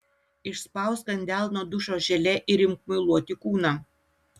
išspausk ant delno dušo želė ir imk muiluoti kūną